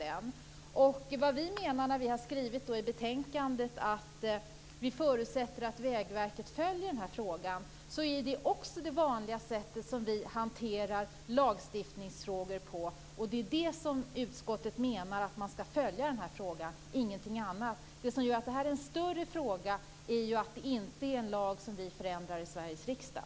Vi har i betänkandet skrivit att vi förutsätter att Vägverket följer den här frågan, och det är det vanliga sättet som vi hanterar lagstiftningsfrågor på. Utskottet menar att man ska följa den här frågan, ingenting annat. Det som gör att det här är en större fråga är att det inte gäller en lag som vi kan förändra i Sveriges riksdag.